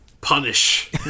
punish